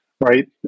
right